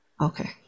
Okay